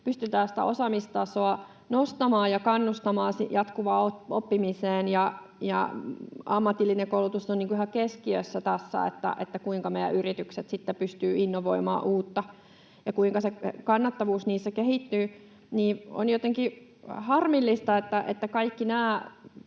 pystytään sitä osaamistasoa nostamaan ja kannustamaan jatkuvaan oppimiseen — että ammatillinen koulutus on ihan keskiössä tässä, kuinka meidän yritykset sitten pystyvät innovoimaan uutta ja kuinka se kannattavuus niissä kehittyy, niin on jotenkin harmillista, että kaikki nämä